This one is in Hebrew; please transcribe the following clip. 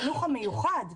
החינוך המיוחד,